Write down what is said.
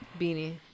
Beanie